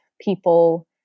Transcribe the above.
people